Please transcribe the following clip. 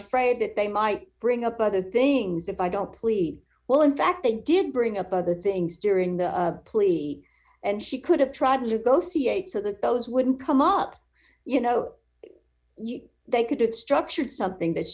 afraid that they might bring up other things if i don't leave well in fact they did bring up other things during the plea and she could have tried lugosi eight so that those wouldn't come up you know they could have structured something that